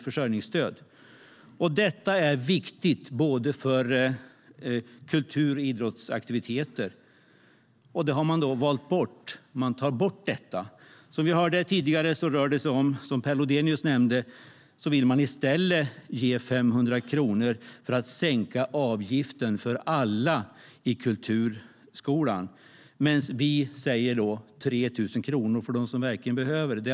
Fritidspengen är viktig för både kultur och idrottsaktiviteter, och man har valt att ta bort den. Som Per Lodenius nämnde tidigare vill man i stället ge 500 kronor för att sänka avgiften för alla i kulturskolan, medan vi säger 3 000 kronor till dem som verkligen behöver det.